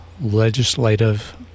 legislative